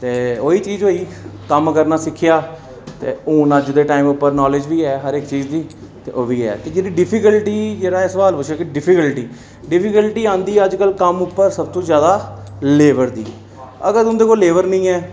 ते ओह् ई चीज होइ कम्म करना सिक्खेआ ते हून अज्ज दे टाइम उप्पर नालेज बी ऐ हर इक चीज दी ते ओह् बी ऐ ते जेह्ड़ी डिफिकलटी जेह्ड़ा सुआल पुच्छेआ की डिफिकलटी डिफिकलटी आंदी ऐ अज्ज कल कम्म पर सब तूं जादा लेबर दी अगर तुं'दे कोल लेबर निं ऐ